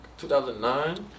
2009